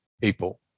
people